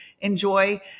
enjoy